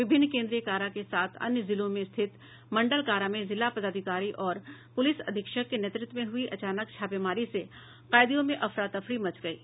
विभिन्न केन्द्रीय कारा के साथ अन्य जिलों में स्थित मंडल कारा में जिला पदाधिकारी और प्रलिस अधीक्षक के नेतृत्व में हुई अचानक छापेमारी से कैदियों में अफरातफरी मच गयी